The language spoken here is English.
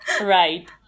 right